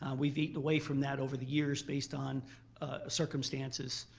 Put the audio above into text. and we've eaten away from that over the years based on circumstances